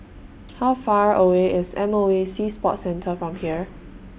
How Far away IS M O E Sea Sports Centre from here